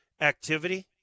activity